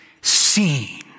seen